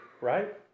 right